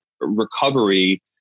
recovery